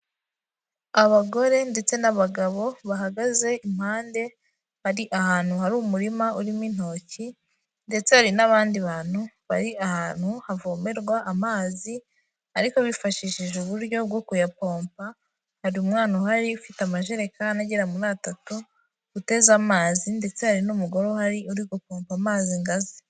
Abagore ndetse n'abagabo bahagaze impande, bari ahantu hari umurima urimo intoki ndetse hari n'abandi bantu bari ahantu havomerwa amazi ariko bifashishije uburyo bwo kuyapompa, hari umwana uhari ufite amajerekani agera muri atatu uteze amazi ndetse hari n'umugore uhari uri gupompa amazi ngo aze.